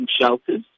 shelters